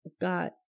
got